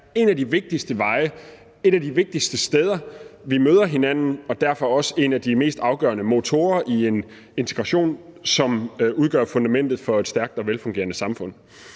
en af de vigtigste veje og et af de vigtigste steder, vi møder hinanden, og derfor er det også en af de mest afgørende motorer i integration, som udgør fundamentet for et stærkt og velfungerende samfund.